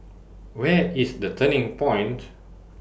Where IS The Turning Point